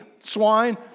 swine